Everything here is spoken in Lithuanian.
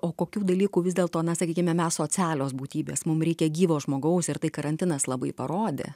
o kokių dalykų vis dėl to na sakykime mes socialios būtybės mum reikia gyvo žmogaus ir tai karantinas labai parodė